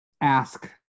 ask